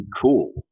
cool